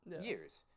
years